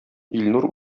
илнур